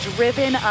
Driven